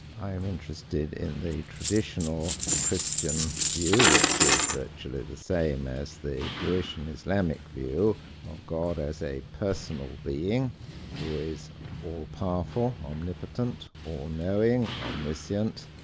i am interested in the traditional christian view, which is virtually the same as the jewish and islamic view of god as a personal being who is all-powerful, omnipotent, all-knowing, omniscient,